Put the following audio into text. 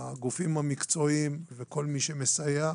הגופים המקצועיים וכל מי שמסייע,